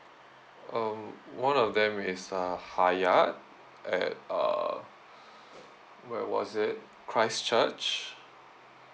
um one of them is a Hyatt at uh where was it christchurch